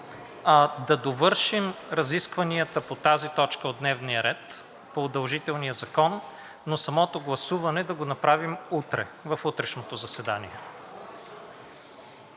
да довършим разискванията по тази точка от дневния ред, по удължителния закон, но самото гласуване да го направим утре, в утрешното заседание.